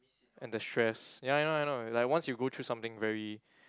and the stress ya I know I know like once you go through something very